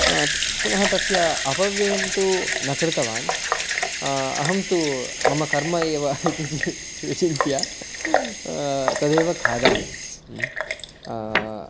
पुनः तस्य अपव्ययं तु न कृतवान् अहं तु मम कर्म एव इति विचिन्त्य तदेव खादामि